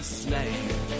snake